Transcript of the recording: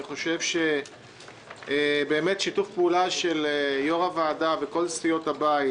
אני חושב ששיתוף פעולה של יושב ראש הוועדה ושל כל סיעות הבית